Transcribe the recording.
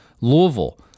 Louisville